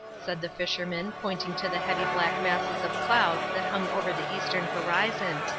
said the fisherman, pointing to the heavy black masses of cloud that hung over the eastern horizon,